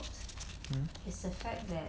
hmm